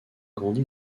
grandi